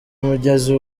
umugezi